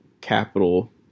capital